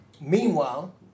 meanwhile